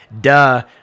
Duh